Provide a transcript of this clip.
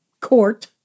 court